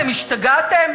אתם השתגעתם?